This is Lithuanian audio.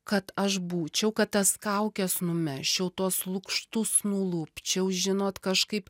kad aš būčiau kad tas kaukes numesčiau tuos lukštus nulupčiau žinot kažkaip